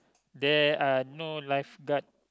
there are no lifeguard